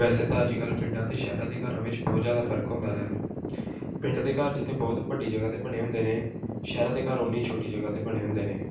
ਵੈਸੇ ਤਾਂ ਅੱਜ ਕੱਲ੍ਹ ਪਿੰਡਾਂ ਅਤੇ ਸ਼ਹਿਰਾਂ ਦੇ ਘਰਾਂ ਵਿੱਚ ਬਹੁਤ ਜ਼ਿਆਦਾ ਫਰਕ ਹੁੰਦਾ ਹੈ ਪਿੰਡ ਦੇ ਘਰ ਜਿੱਥੇ ਬਹੁਤ ਵੱਡੀ ਜਗ੍ਹਾ 'ਤੇ ਬਣੇ ਹੁੰਦੇ ਨੇ ਸ਼ਹਿਰਾਂ ਦੇ ਘਰ ਓਨੀ ਹੀ ਛੋਟੀ ਜਗ੍ਹਾ 'ਤੇ ਬਣੇ ਹੁੰਦੇ ਨੇ